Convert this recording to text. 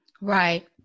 Right